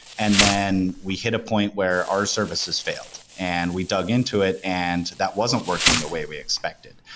and then we hit a point where our services failed and we dug into it and that wasn't working the way we expected.